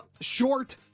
Short